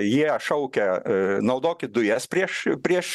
jie šaukia naudokit dujas prieš prieš